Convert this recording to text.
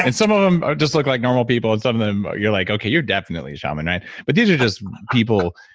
and some of them just look like normal people, and some of them you're like okay, you're definitely a shaman, right. but these are just people,